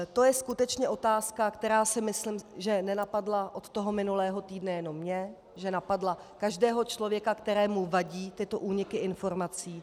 To je skutečně otázka, která si myslím, že nenapadla od toho minulého týdne jenom mě, že napadla každého člověka, kterému vadí tyto úniky informací.